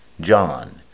John